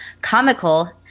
comical